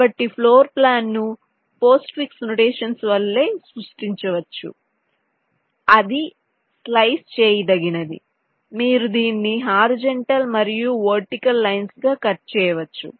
కాబట్టి ఫ్లోర్ప్లాన్ను postfix notations వలె సూచించవచ్చు అది స్లైస్ చేయదగినది మీరు దీన్ని హారిజాంటల్ మరియు వర్టికల్ లైన్స్ గా కట్ చేయవచ్చు